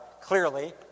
clearly